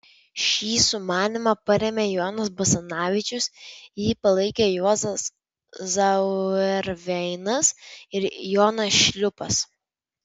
šį sumanymą parėmė jonas basanavičius jį palaikė juozas zauerveinas ir jonas šliūpas